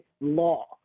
law